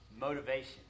motivation